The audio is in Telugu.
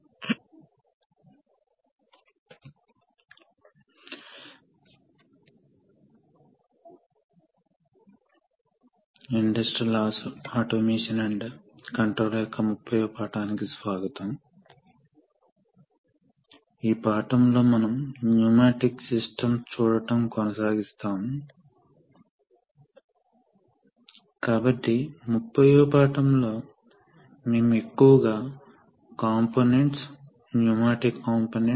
కీవర్డ్లు relief valve pilot pressure check valve extension and retraction stroke limit switch system pressure flow control valve ఈ రోజు మనం NPTEL ప్రోగ్రాం లో ఇండస్ట్రియల్ ఆటోమేషన్ మరియు కంట్రోల్ కోర్సు యొక్క 28 వ పాఠానికి స్వాగతం మనము చాలా ఆసక్తికరమైన అంశాన్ని చూడబోతున్నాము